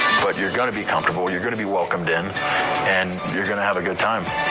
but you're going to be comfortable. you're going to be welcomed in and you're going to have a good time,